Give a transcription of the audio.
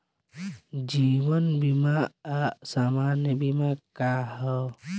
जीवन बीमा आ सामान्य बीमा का ह?